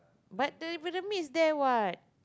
but the but the is there [what]